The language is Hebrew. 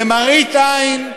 למראית עין,